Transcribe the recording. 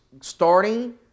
starting